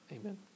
Amen